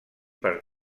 per